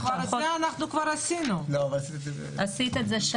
אח או אחות --" את זה אנחנו כבר עשינו.